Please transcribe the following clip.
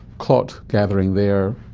clot gathering there,